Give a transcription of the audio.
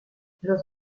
los